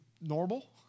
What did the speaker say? normal